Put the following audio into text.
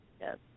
yes